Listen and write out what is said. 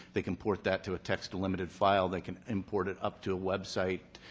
they can import that to a text limited file. they can import it up to a website.